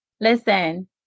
Listen